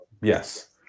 yes